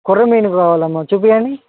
కొరమీను కావాలమ్మ చూపించండి